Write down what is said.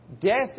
Death